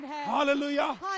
hallelujah